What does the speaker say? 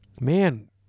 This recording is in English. man